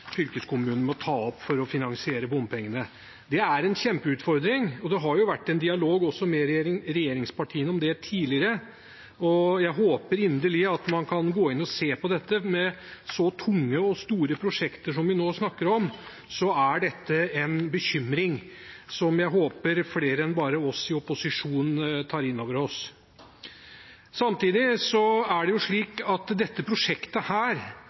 fylkeskommunene nå må ta opp for å finansiere bompengene, er en kjempeutfordring. Det har jo også vært en dialog med regjeringspartiene om det tidligere, og jeg håper inderlig at man kan gå inn og se på dette. Med så tunge og store prosjekter som vi nå snakker om, er dette en bekymring som jeg håper flere enn bare vi i opposisjonen tar inn over oss. Samtidig er det slik at dette prosjektet